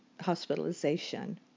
hospitalization